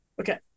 Okay